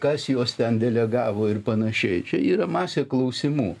kas juos ten delegavo ir panašiai čia yra masė klausimų